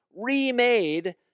remade